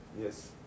Yes